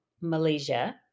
Malaysia